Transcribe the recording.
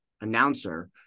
announcer